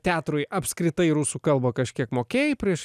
teatrui apskritai rusų kalba kažkiek mokėjai prieš